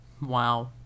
wow